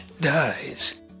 dies